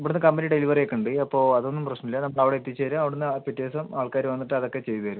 ഇവിടുന്ന് company delivery ഒക്ക ഉണ്ട് അപ്പം അത് ഒന്നും പ്രശ്നം ഇല്ല നമ്മൾ അവിടെ എത്തിച്ചേരാൻ അവിടുന്ന് പിറ്റെ ദിവസം ആൾക്കാര് വന്നിട്ട് അത് ഒക്കെ ചെയ്തേരും